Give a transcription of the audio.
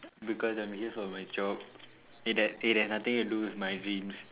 because I'm here for my job it h~ it has nothing to do with my dreams